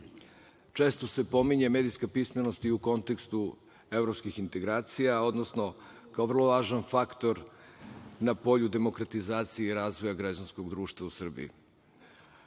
Često se pominje medijska pismenost i u kontekstu evropskih integracija, odnosno kao vrlo važan faktor na polju demokratizacije razvoja građanskog društva u Srbiju.